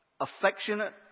affectionate